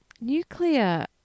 nuclear